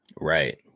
Right